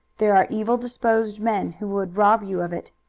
there are evil-disposed men who would rob you of it.